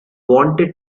wanted